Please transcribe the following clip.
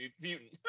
mutant